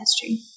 history